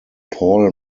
paul